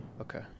Okay